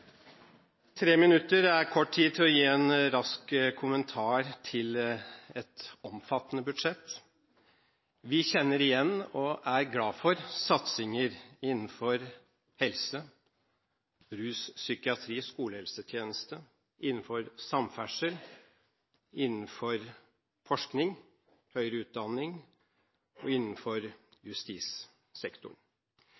Tre minutter er kort tid til å gi en rask kommentar til et omfattende budsjett. Vi kjenner igjen og er glad for satsinger innenfor helsesektoren, rusomsorgen, og psykiatrien, innenfor skolehelsetjeneste, samferdsel, forskning, høyere utdanning og